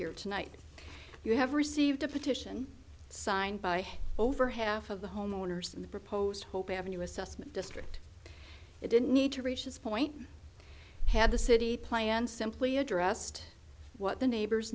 here tonight you have received a petition signed by over half of the homeowners in the proposed hope avenue assessment district it didn't need to reach this point had the city plan simply addressed what the neighbors